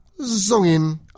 zongin